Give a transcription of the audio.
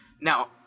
Now